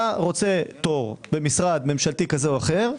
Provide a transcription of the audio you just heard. אתה רוצה תור במשרד ממשלתי כזה או אחר,